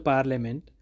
Parliament